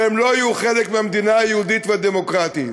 שלא יהיו חלק מהמדינה היהודית והדמוקרטית.